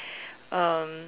um